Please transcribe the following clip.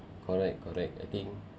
correct correct I think